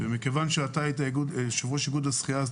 מכיוון שהיית יושב-ראש איגוד השחייה אתה